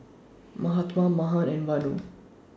Mahatma Mahan and Vanu